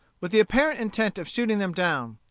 with the apparent intent of shooting them down.